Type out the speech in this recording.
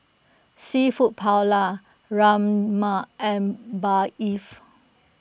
Seafood Paella Rajma and Barif